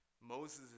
Moses